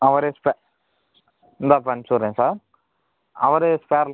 ஆ ஒரு ஸ்ப இந்தா இப்போ அனுப்ச்சி விட்றேன் சார் அவரே ஸ்பேர்